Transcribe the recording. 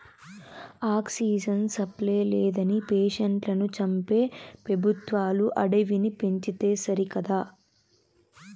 oxygen supply లేదని పేషెంట్లను చంపే పెబుత్వాలు అడవిని పెంచితే సరికదా